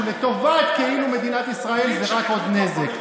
לטובת כאילו מדינת ישראל זה רק עוד נזק.